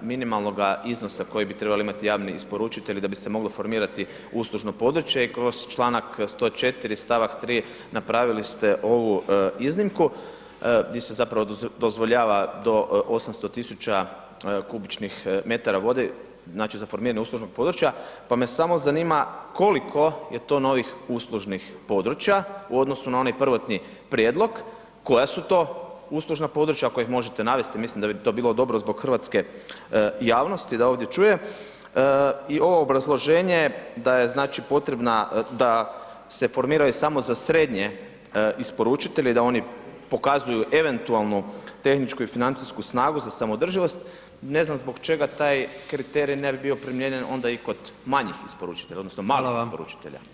minimalnoga iznosa koji bi trebali imati javni isporučitelji da bi se moglo formirati uslužno područje kroz Članak 4. stavak 3. napravili ste ovu iznimku gdje se zapravo dozvoljava do 800 tisuća m3 vode, znači za formiranje uslužnog područja, pa me samo zanima koliko je to novih uslužnih područja u odnosu na onaj prvotni prijedlog, koja su to uslužna područja ako ih možete navesti, mislim da bi to bilo dobro zbog hrvatske javnosti da ovdje čuje i ovo obrazloženje da je znači potrebna, da se formiraju samo za srednje isporučitelje i da oni pokazuju eventualnu tehničku i financijsku snagu za samoodrživost, ne znam zbog čega taj kriterij ne bi bio primijenjen onda i kod manjih isporučitelja odnosno malih isporučitelja